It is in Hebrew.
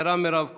השרה מירב כהן.